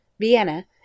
Vienna